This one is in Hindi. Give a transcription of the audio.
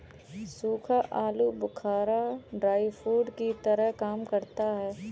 सूखा आलू बुखारा ड्राई फ्रूट्स की तरह काम करता है